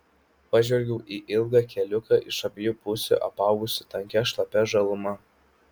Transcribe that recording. pažvelgiau į ilgą keliuką iš abiejų pusių apaugusį tankia šlapia žaluma